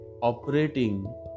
operating